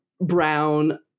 brown